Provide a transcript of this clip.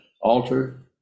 altar